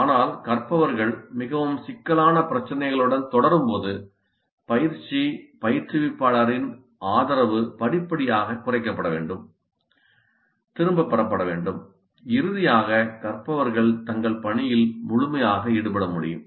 ஆனால் கற்பவர்கள் மிகவும் சிக்கலான பிரச்னைகளுடன் தொடரும்போது பயிற்சி பயிற்றுவிப்பாளரின் ஆதரவு படிப்படியாகக் குறைக்கப்பட வேண்டும் திரும்பப் பெறப்பட வேண்டும் இறுதியாக கற்பவர்கள் தங்கள் பணியில் முழுமையாக ஈடுபட முடியும்